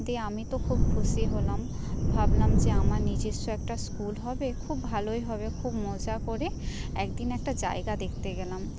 দিয়ে আমি তো খুব খুশি হলাম ভাবলাম যে আমার নিজস্ব একটা স্কুল হবে খুব ভালোই হবে খুব মজা করে একদিন একটা জায়গা দেখতে গেলাম